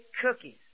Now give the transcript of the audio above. cookies